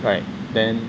right then